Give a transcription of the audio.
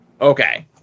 Okay